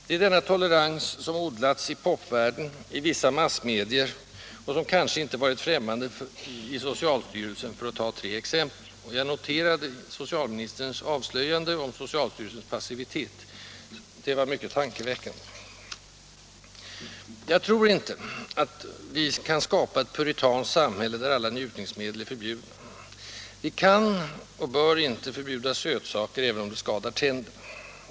Det är denna tolerans som odlas i popvärlden, i vissa massmedier och som kanske inte varit främmande för socialstyrelsen, för att ta tre exempel. — Jag noterade socialministerns avslöjande om socialstyrelsens passivitet. Det var mycket tankeväckande. Jag tror inte att vi kan skapa ett puritanskt samhälle där alla njutningsmedel är förbjudna. Vi kan och bör inte förbjuda sötsaker, även om de skadar tänderna.